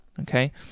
okay